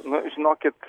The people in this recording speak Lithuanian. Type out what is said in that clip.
nu žinokit